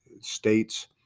states